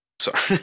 Sorry